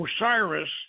Osiris